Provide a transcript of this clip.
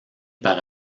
par